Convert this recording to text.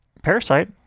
Parasite